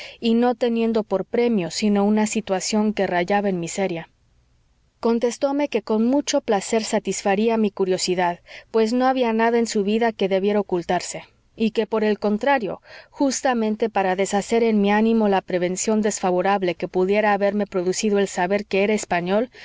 y no teniendo por premio sino una situación que rayaba en miseria contestóme que con mucho placer satisfaría mi curiosidad pues no había nada en su vida que debiera ocultarse y que por el contrario justamente para deshacer en mi ánimo la prevención desfavorable que pudiera haberme producido el saber que era español